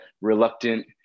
reluctant